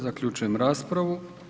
Zaključujem raspravu.